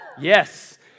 Yes